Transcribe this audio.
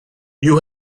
you